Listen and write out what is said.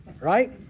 right